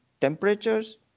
temperatures